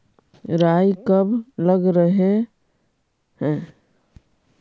राई कब लग रहे है?